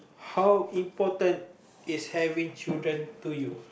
how important is having children to you